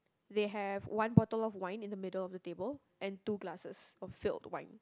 they have one bottle of wine in the middle of the table and two glasses of filled wine